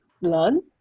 learn